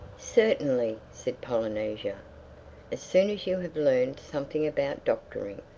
certainly, said polynesia as soon as you have learned something about doctoring.